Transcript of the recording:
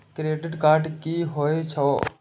Credit card की होय छै?